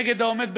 נגד העומד בראשה?